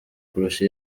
kurusha